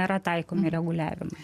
yra taikomi reguliavimai